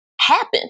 happen